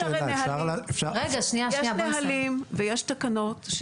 יש נהלים ויש תקנות,